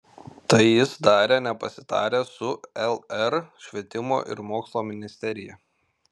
tai jis darė nepasitaręs su lr švietimo ir mokslo ministerija